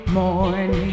morning